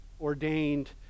ordained